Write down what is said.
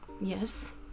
Yes